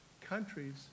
countries